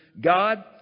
God